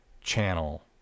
channel